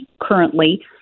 currently